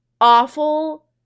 awful